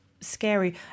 scary